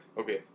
okay